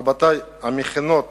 רבותי, המכינות